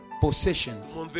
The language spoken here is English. Possessions